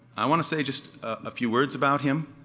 i want to say just a few words about him.